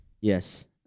Yes